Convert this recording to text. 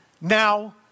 now